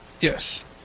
Yes